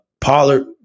Pollard –